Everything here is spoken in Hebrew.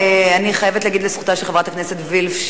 אני חייבת להגיד לזכותה של חברת הכנסת וילף,